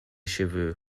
cheveux